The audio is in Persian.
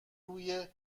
روی